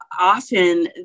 often